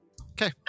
Okay